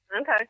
Okay